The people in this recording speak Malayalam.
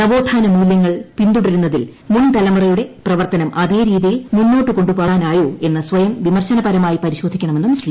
നവോത്ഥാനമൂല്യങ്ങൾ പിന്തുടരുന്നതിൽ മുൻതലമുറയുടെ പ്രവർത്തനം അതേരീതിയിൽ മുന്നോട്ടു കൊണ്ടു പോകാനായോ എന്ന് സ്വയം വിമർശനപരമായി പരിശോധിക്കണമെന്നും ശ്രീ